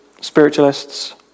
spiritualists